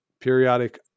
periodic